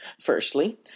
Firstly